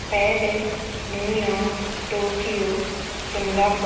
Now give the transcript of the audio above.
Paris New York Tokyo Singapore Dubai